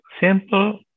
simple